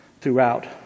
throughout